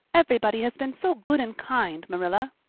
everybody has been so good and kind, marilla,